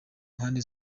mpande